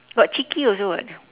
got chicky also [what]